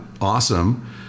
Awesome